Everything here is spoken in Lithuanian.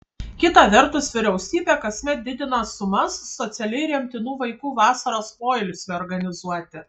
kita vertus vyriausybė kasmet didina sumas socialiai remtinų vaikų vasaros poilsiui organizuoti